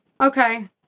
Okay